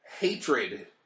hatred